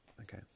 okay